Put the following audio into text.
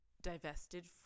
divested